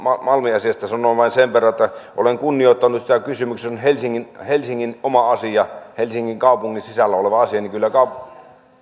malmi asiasta sanon vain sen verran että olen kunnioittanut sitä että kysymyksessä on helsingin helsingin oma asia helsingin kaupungin sisällä oleva asia